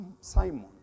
Simon